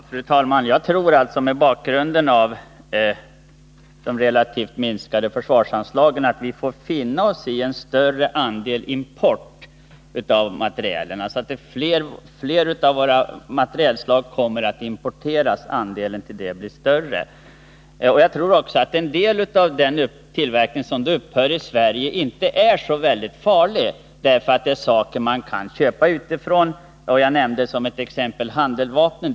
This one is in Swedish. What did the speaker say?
Fru talman! Jag tror, mot bakgrund av de relativt minskade försvarsanslagen, att vi får finna oss i att fler av våra materielslag kommer att importeras, så att den andelen blir större. Jag tror alltså att en del av den vapentillverkningen i Sverige upphör. Men det är nog inte särskilt farligt, eftersom vi kan köpa materiel utifrån. Jag nämnde som exempel handeldvapnen.